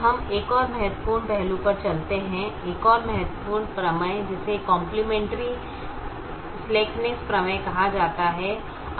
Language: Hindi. अब हम एक और महत्वपूर्ण पहलू पर चलते हैं एक और महत्वपूर्ण प्रमेय जिसे कॉम्प्लिमेंटरी स्लैकनेस प्रमेय कहा जाता है